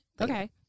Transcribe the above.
Okay